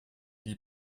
die